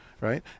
Right